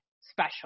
special